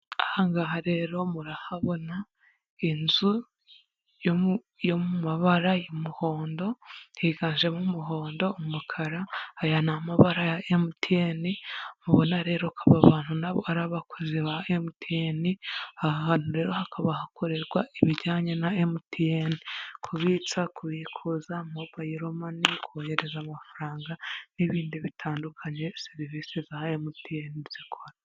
Aha ngaha rero murahabona inzu yo mu mabara y'umuhondo, higanjemo umuhondo, umukara. Aya ni amabara ya MTN mubona rero ko aba bantu na bo ari abakozi ba MTN. Aha hantu rero hakaba hakorerwa ibijyanye na MTN, kubitsa, kubikuza, mobayiro mani, kohereza amafaranga, n'ibindi bitandukanye serivisi za MTN zikora.